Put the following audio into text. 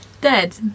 dead